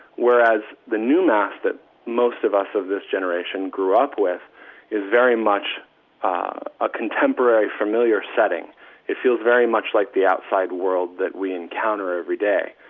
whereas the new mass that most of us of this generation grew up is very much a contemporary familiar setting it feels very much like the outside world that we encounter everyday.